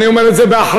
אני אומר את זה באחריות,